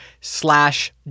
slash